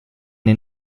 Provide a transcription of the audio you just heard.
den